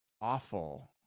awful